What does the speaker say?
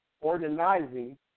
organizing